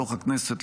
בתוך הכנסת,